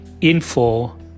info